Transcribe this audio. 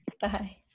Bye